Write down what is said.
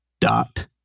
dot